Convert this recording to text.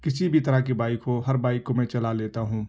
کسی بھی طرح کی بائک ہر بائک کو میں چلا لیتا ہوں